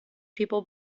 people